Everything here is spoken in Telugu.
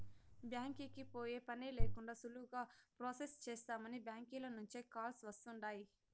బ్యాంకీకి పోయే పనే లేకండా సులువుగా ప్రొసెస్ చేస్తామని బ్యాంకీల నుంచే కాల్స్ వస్తుండాయ్